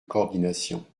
coordination